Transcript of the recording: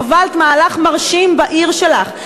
הובלת מהלך מרשים בעיר שלך.